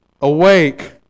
awake